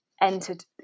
entered